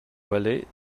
valets